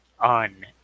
On